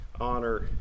honor